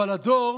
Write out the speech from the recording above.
אבל הדור